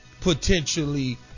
potentially